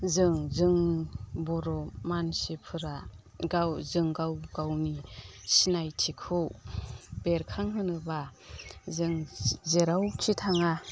जों जोंनि बर' मानसिफोरा गावजों गावनि सिनायथिखौ बेरखांहोनोब्ला जों जेरावखि थाङा